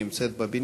היא נמצאת בבניין.